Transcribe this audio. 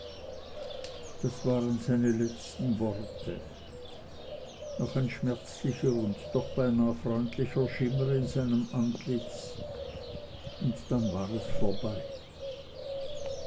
das waren seine letzten worte noch ein schmerzlicher und doch beinah freundlicher schimmer in seinem antlitz und dann war es vorbei